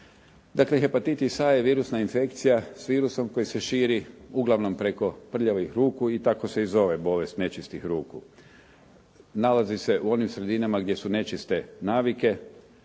Dakle, hepatitis A je virusna infekcija s virusom koji se širi uglavnom preko prljavih ruku i tako se i zove-bolest nečistih ruku. Nalazi se u onim sredinama gdje su nečiste navike